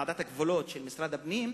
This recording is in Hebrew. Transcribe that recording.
ועדת הגבולות של משרד הפנים,